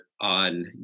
on